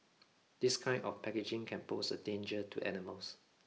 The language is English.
this kind of packaging can pose a danger to animals